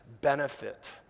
benefit